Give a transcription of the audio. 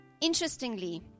Interestingly